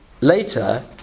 later